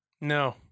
No